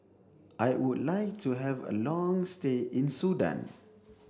I would like to have a long stay in Sudan